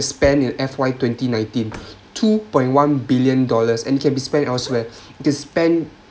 spent in F_Y twenty nineteen two point one billion dollars and it can be spend elsewhere you can spend